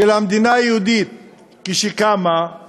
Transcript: של המדינה היהודית כשקמה,